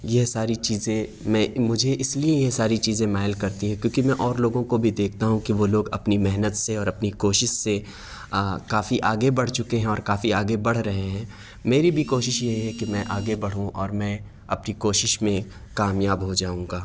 یہ ساری چیزیں میں مجھے اس لیے یہ ساری چیزیں مائل کرتی ہیں کیونکہ میں اور لوگوں کو بھی دیکھتا ہوں کہ وہ لوگ اپنی محنت سے اور اپنی کوشش سے کافی آگے بڑھ چکے ہیں اور کافی آگے بڑھ رہے ہیں میری بھی کوشش یہ ہے کہ میں آگے بڑھوں اور میں اپنی کوشش میں کامیاب ہو جاؤں گا